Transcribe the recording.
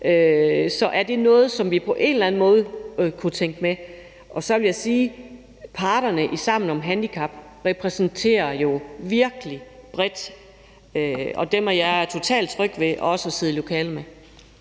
Så er det noget, som vi på en eller anden måde kunne tænke med? Og så vil jeg sige: Parterne i Sammen om handicap repræsenterer jo virkelig bredt, og dem er jeg totalt tryg ved også at sidde i lokale med.